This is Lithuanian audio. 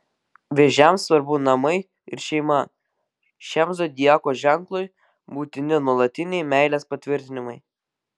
vėžiams svarbu namai ir šeima šiam zodiako ženklui būtini nuolatiniai meilės patvirtinimai